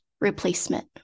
replacement